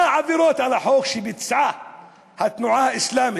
מה העבירות על החוק שביצעה התנועה האסלאמית?